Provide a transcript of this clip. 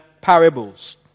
parables